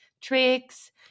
tricks